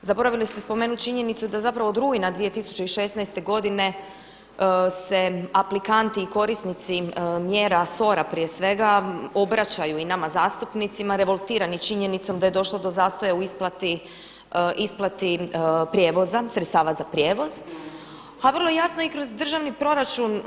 Zaboravili ste spomenuti činjenicu da od rujna 2016. godine se aplikanti i korisnici mjera SOR-a prije svega obraćaju i nama zastupnicima revoltirani činjenicom da je došlo do zastoja u isplati prijevoza, sredstava za prijevoz, a vrlo jasno i kroz državni proračun.